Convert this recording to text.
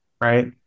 right